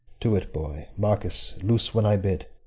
to it, boy. marcus, loose when i bid.